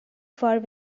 far